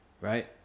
right